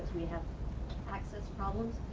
you know access problems.